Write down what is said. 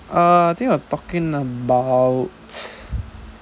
uh I think I'm talking about